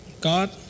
God